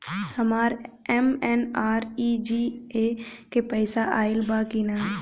हमार एम.एन.आर.ई.जी.ए के पैसा आइल बा कि ना?